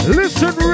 listen